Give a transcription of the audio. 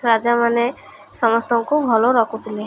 ରାଜାମାନେ ସମସ୍ତଙ୍କୁ ଭଲ ରଖୁଥିଲେ